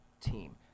team